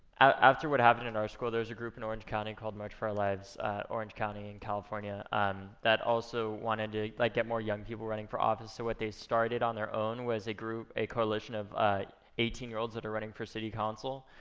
after what happened in our school, there's a group in orange county called march for our lives orange county in california um that also wanted to like get more young people running for office. so what they started on their own was a group, a coalition of eighteen year olds that are running for city council.